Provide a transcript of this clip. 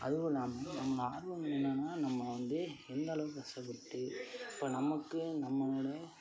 அதுவும் இல்லாமல் நம்ம ஆர்வம் என்னான்னால் நம்ம வந்து எந்த அளவுக்கு கஷ்டப்பட்டு இப்போ நமக்கு நம்மளோடய